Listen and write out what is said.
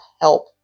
help